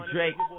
Drake